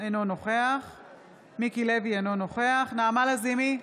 אינו נוכח מיקי לוי, אינו נוכח נעמה לזימי,